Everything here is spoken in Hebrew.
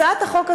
הצעת החוק הזו,